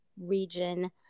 region